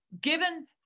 Given